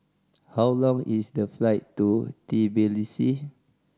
how long is the flight to Tbilisi